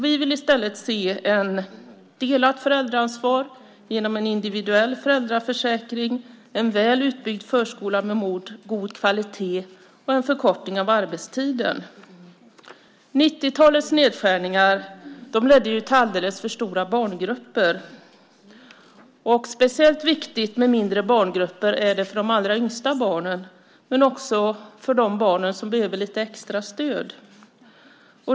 Vi vill i stället se ett delat föräldraansvar genom en individuell föräldraförsäkring, en väl utbyggd förskola med god kvalitet och en förkortning av arbetstiden. 90-talets nedskärningar ledde ju till alldeles för stora barngrupper. Speciellt viktigt med mindre barngrupper är det för de allra yngsta barnen, men också för de barn som behöver lite extra stöd.